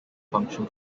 function